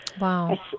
Wow